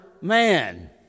man